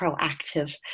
proactive